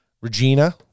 Regina